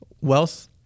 Wealth